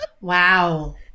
Wow